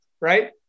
right